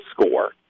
score